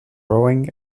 rowing